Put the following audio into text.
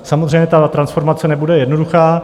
Samozřejmě, ta transformace nebude jednoduchá.